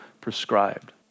prescribed